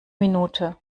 minute